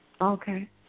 Okay